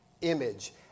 image